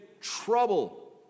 trouble